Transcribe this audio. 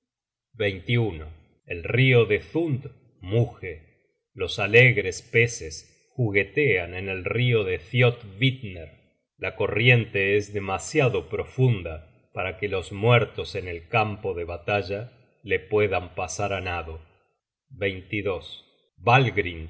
munen el rio de thund muge los alegres peces juguetean en el rio de thiotvitner la corriente es demasiado profunda para que los muertos en el campo de batalla le puedan pasar á nado